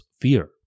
fear